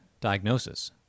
diagnosis